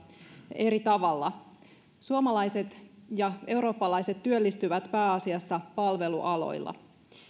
eri tavalla suomalaiset ja eurooppalaiset työllistyvät pääasiassa palvelualoille